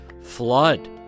flood